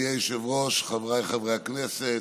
אדוני היושב-ראש, חבריי חברי הכנסת,